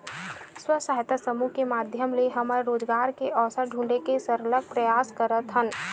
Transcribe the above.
स्व सहायता समूह के माधियम ले हमन रोजगार के अवसर ढूंढे के सरलग परयास करत हन